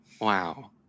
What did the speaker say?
Wow